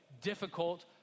difficult